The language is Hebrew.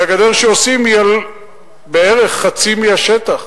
הרי הגדר שעושים היא על בערך חצי מהשטח.